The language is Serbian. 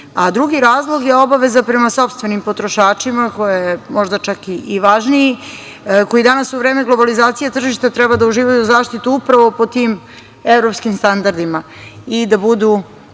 drugi razlog je obaveza prema sopstvenim potrošačima, koji je možda čak i važniji, koji danas u vreme globalizacije tržišta treba da uživaju zaštitu upravo po tim evropskim standardima i da budu